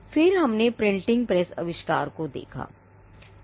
फिर हमने printing press आविष्कार को देखा था